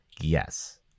Yes